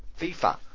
FIFA